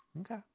Okay